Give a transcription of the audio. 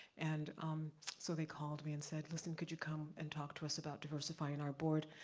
and um so they called me and said, listen, could you come and talk to us about diversifying our board.